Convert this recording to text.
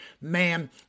man